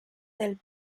del